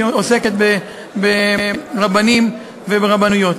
שעוסקת ברבנים וברבנויות.